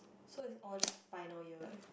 so is all just final year ah